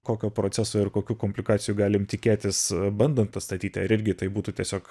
kokio proceso ir kokių komplikacijų galim tikėtis bandant nustatyti ar irgi tai būtų tiesiog